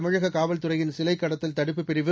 தமிழக காவல்துறையின் சிலை கடத்தல் தடுப்புப் பிரிவு